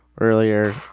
earlier